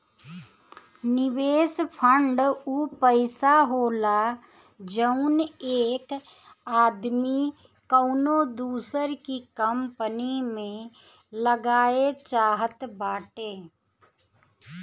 निवेस फ़ंड ऊ पइसा होला जउन एक आदमी कउनो दूसर की कंपनी मे लगाए चाहत बाटे